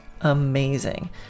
amazing